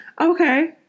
Okay